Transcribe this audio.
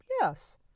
yes